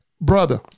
brother